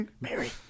Mary